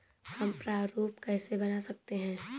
हम प्रारूप कैसे बना सकते हैं?